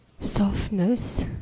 softness